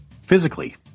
physically